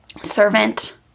servant